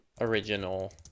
original